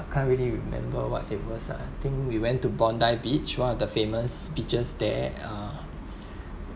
I can't really remember what it was ah I think we went to bondi beach one of the famous beaches there uh